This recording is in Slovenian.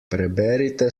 preberite